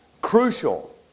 crucial